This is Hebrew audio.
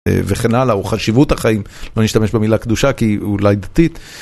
וכן הלאה, חשיבות החיים, לא נשתמש במילה קדושה כי אולי היא דתית.